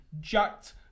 Jacked